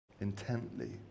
intently